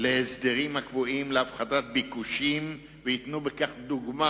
להסדרים הקבועים להפחתת הביקוש וייתנו בכך דוגמה,